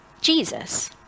Jesus